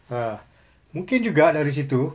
ah mungkin juga dari situ